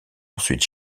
ensuite